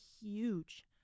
huge